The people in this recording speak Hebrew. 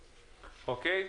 אוקיי.